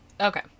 Okay